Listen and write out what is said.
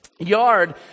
yard